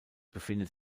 befindet